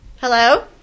Hello